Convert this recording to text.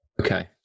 Okay